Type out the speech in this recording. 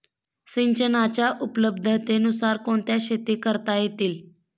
सिंचनाच्या उपलब्धतेनुसार कोणत्या शेती करता येतील?